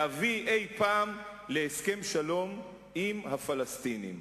אולי, להביא אי-פעם להסכם שלום עם הפלסטינים.